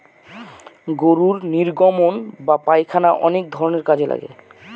গরুর নির্গমন বা পায়খানা অনেক ধরনের কাজে লাগে